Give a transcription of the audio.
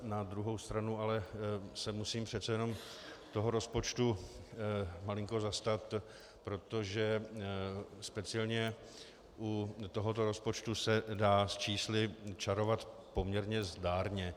Na druhou stranu ale se musím přece jen toho rozpočtu malinko zastat, protože speciálně u tohoto rozpočtu se dá s čísly čarovat poměrně zdárně.